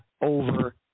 over